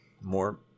more